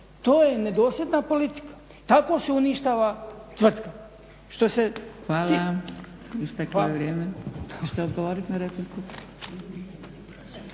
To je nedosljedna politika, tako se uništava tvrtka.